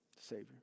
Savior